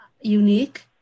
unique